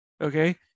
okay